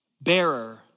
bearer